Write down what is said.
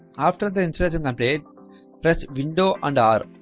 after the interest in the blade press window and are